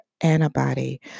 antibody